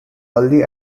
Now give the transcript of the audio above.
early